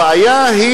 הבעיה היא